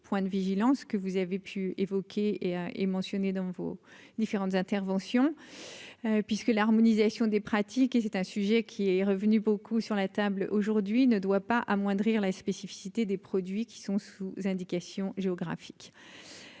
points de vigilance que vous avez pu évoquer et est mentionné dans vos différentes interventions, puisque l'harmonisation des pratiques et c'est un sujet qui est revenu beaucoup sur la table aujourd'hui ne doit pas amoindrir la spécificité des produits qui sont sous indication géographique